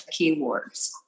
keywords